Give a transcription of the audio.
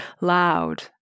loud